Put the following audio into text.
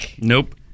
Nope